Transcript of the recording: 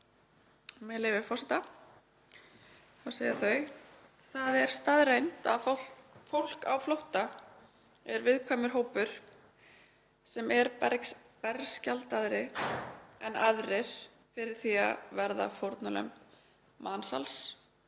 Með leyfi forseta segja þau: „Það er staðreynd að fólk á flótta er viðkvæmur hópur sem er berskjaldaðri en aðrir fyrir því að verða fórnarlömb mansals